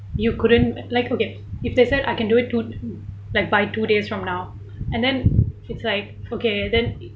you couldn't like okay if they said I can do it two like by two days from now and then it's like okay then